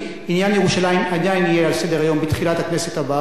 עניין ירושלים עדיין יהיה על סדר-היום בתחילת הכנסת הבאה.